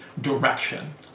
direction